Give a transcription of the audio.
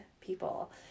people